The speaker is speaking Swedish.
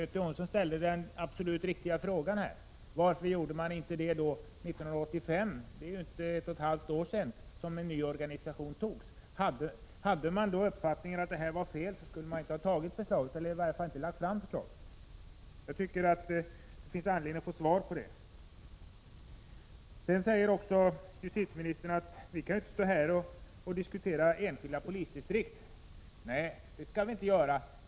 Göte Jonsson ställde då den riktiga frågan: Varför gjorde man inte detta 1985? Det är ju inte mer än ett och ett halvt år sedan en ny organisation antogs. Hade regeringen då uppfattningen att fördelningen var 87 felaktig borde man inte ha lagt fram förslaget. Jag tycker att det finns anledning för justitieministern att svara på detta. Sedan säger justitieministern att vi inte här kan diskutera enskilda polisdistrikt. Nej, det skall vi inte göra.